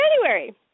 January